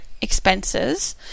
expenses